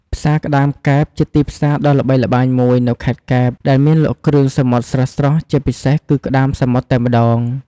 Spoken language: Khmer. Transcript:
ផ្សារក្តាម កែប ជាទីផ្សារដ៏ល្បីល្បាញមួយនៅខេត្តកែប ដែលមានលក់គ្រឿងសមុទ្រស្រស់ៗ ជាពិសេសគឺក្តាមសមុទ្រតែម្ដង។